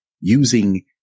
using